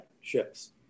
ships